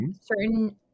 certain